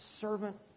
servant